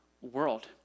world